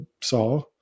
saw